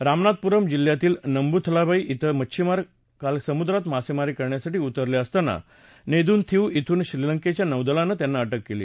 रामनाथपुरम जिल्ह्यातील नंवूथलाई श्रेले मध्छिमार काल समुद्रात मासेमारी करण्यासाठी उतरले असताना नेदुनथीऊ श्रेल श्रीलंकेच्या नौदलानं त्यांना अटक केली